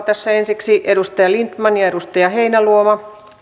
tässä ensiksi edustaja lindtman ja edustaja heinäluoma